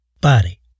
body